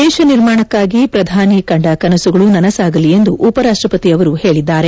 ದೇಶ ನಿರ್ಮಾಣಕ್ಕಾಗಿ ಪ್ರಧಾನಿ ಕಂಡ ಕನಸುಗಳು ನನಸಾಗಲಿ ಎಂದು ಉಪರಾಷ್ಟಪತಿ ಅವರು ಹೇಳಿದ್ದಾರೆ